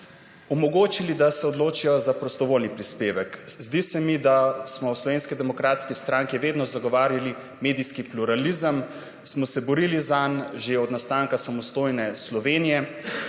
za RTV, da se odločijo za prostovoljni prispevek. Zdi se mi, da smo v Slovenski demokratski stranki vedno zagovarjali medijski pluralizem, smo se borili zanj že od nastanka samostojne Slovenije.